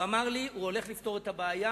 אמר לי שהוא הולך לפתור את הבעיה.